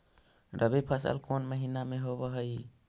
रबी फसल कोन महिना में होब हई?